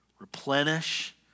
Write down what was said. replenish